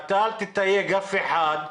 אל תתייג אף אחד.